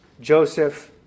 Joseph